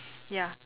ya